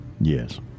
Yes